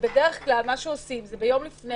בדרך כלל מסתכלים על הנתונים יום קודם.